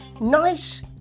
nice